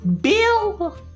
Bill